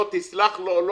לא,